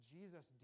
Jesus